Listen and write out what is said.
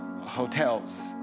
hotels